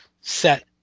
set